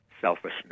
selfishness